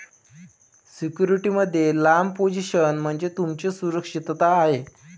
security मध्ये लांब position म्हणजे तुमची सुरक्षितता आहे